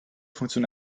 funktion